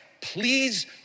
Please